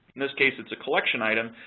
and this case it's a collection item,